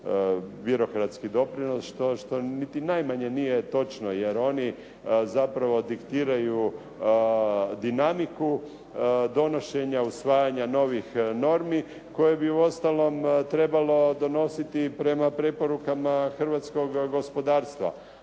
birokratski doprinos što niti najmanje nije točno jer oni zapravo diktiraju dinamiku donošenja usvajanja novih normi koje bi uostalom trebalo donositi prema preporukama hrvatskog gospodarstva,